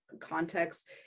context